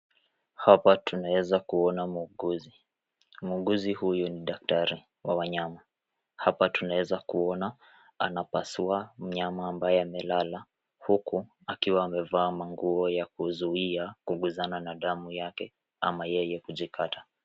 Hapa tunaweza kuona mwuguzi, mwuguzi huyu ni daktari wa wanyama hapa tunaweza kuona anapasua mnyama ambaye amelala huku akiwa amevaa manguo ya kuzuia kuguzana na damu yake ama yye kujikata.